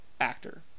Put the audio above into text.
actor